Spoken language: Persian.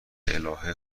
الهه